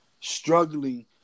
Struggling